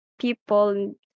people